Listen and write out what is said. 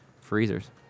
freezers